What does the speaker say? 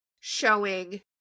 showing